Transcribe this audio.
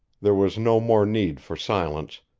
there was no more need for silence,